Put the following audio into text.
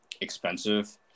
expensive